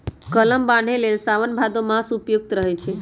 कलम बान्हे लेल साओन भादो मास उपयुक्त रहै छै